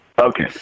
Okay